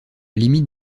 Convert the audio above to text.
limite